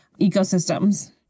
ecosystems